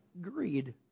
greed